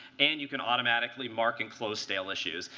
and you can automatically mark and close stale issues.